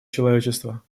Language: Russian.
человечества